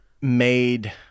made